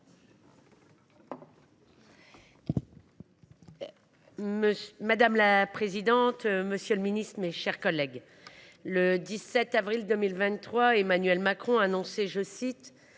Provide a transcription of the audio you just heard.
Madame la présidente, monsieur le ministre, mes chers collègues, le 17 avril 2023, Emmanuel Macron déclarait